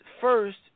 first